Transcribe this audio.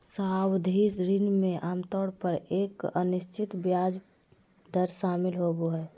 सावधि ऋण में आमतौर पर एक अनिश्चित ब्याज दर शामिल होबो हइ